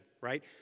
right